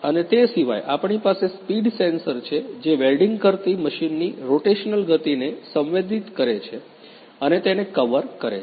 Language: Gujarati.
અને તે સિવાય આપણી પાસે સ્પીડ સેન્સર છે જે વેલ્ડીંગ કરતી મશીનની રોટેશનલ ગતિને સંવેદિત કરે છે અને તેને કવર કરે છે